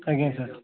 ଆଜ୍ଞା ସାର୍